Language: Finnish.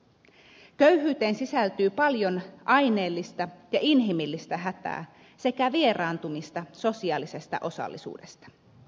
köyhyyteen sisältyy paljon aineellista ja inhimillistä hätää sekä vieraantumista sosiaalisesta osallisuudesta